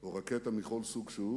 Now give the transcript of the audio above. או רקטות מכל סוג שהוא